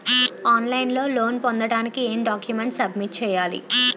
On line లో loan పొందటానికి ఎం డాక్యుమెంట్స్ సబ్మిట్ చేయాలి?